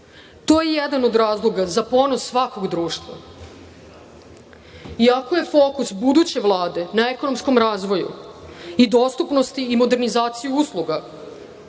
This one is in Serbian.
To je jedan od razloga za ponos svakog društva. Iako je fokus buduće Vlade na ekonomskom razvoju i dostupnost i modernizaciju usluga,